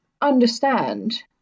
understand